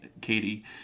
Katie